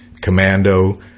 Commando